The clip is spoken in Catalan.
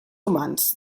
humans